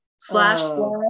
Slash